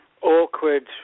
awkward